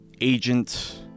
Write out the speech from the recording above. Agent